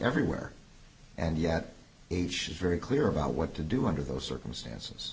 everywhere and yet each very clear about what to do under those circumstances